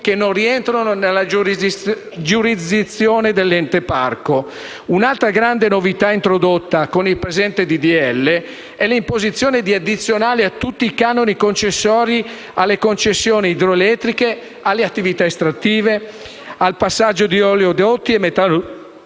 che non rientrano nella giurisdizione dell’ente parco. Un’altra grande novità introdotta con il presente disegno di legge è l’imposizione di addizionali a tutti i canoni concessori alle concessioni idroelettriche, alle attività estrattive, al passaggio di oleodotti e metanodotti,